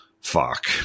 fuck